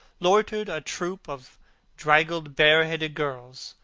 loitered a troop of draggled bareheaded girls,